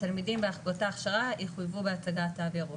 התלמידים באותה הכשרה יחויבו בהצגת תו ירוק.